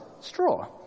straw